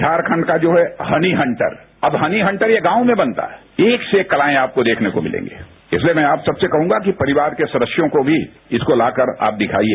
झारखंड का जो है हनी हंटर अब हनी हंटर यहां गांव में बनता है एक से एक कलाएं आपको देखने को मिलेगी इसलिए मैं आप सबसे कहूगां कि परिवार के सदस्यों को इसको लाकर आप दिखाइए